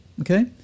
Okay